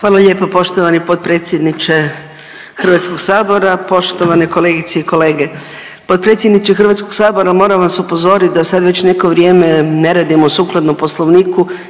Hvala lijepo poštovani potpredsjedniče Hrvatskog sabora. Poštovane kolegice i kolege, potpredsjedniče Hrvatskog sabora moram vas upozorit da sad već neko vrijeme ne radimo sukladno Poslovniku